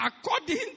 according